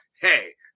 Hey